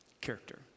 character